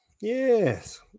Yes